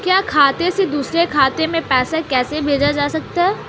एक खाते से दूसरे खाते में पैसा कैसे भेजा जा सकता है?